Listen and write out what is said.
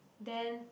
then